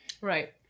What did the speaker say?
Right